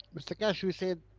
mr keshe, we said.